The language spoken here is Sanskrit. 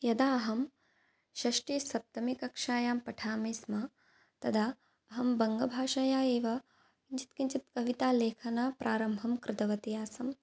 यदा अहं षष्ठीसप्तमीकक्षायां पठामि स्म तदा अहं बङ्गभाषया एव किञ्चित् किञ्चित् कवितालेखनप्रारम्भं कृतवती आसम्